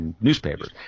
newspapers